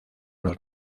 los